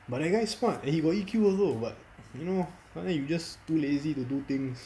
but that guy smart he got E_Q also but you know sometime you just too lazy to do things